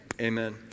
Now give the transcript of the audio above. Amen